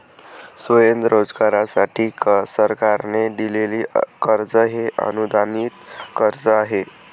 स्वयंरोजगारासाठी सरकारने दिलेले कर्ज हे अनुदानित कर्ज आहे